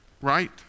right